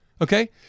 Okay